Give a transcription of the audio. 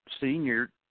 senior